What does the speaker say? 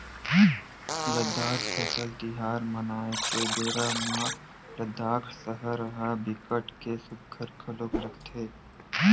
लद्दाख फसल तिहार मनाए के बेरा म लद्दाख सहर ह बिकट के सुग्घर घलोक लगथे